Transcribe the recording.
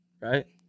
right